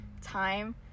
time